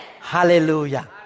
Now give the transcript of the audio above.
Hallelujah